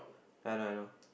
I know I know